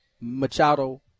Machado